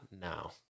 now